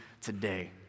today